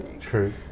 True